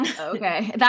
okay